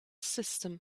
system